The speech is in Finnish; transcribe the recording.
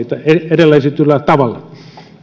edellä esitetyllä tavalla arvoisa puhemies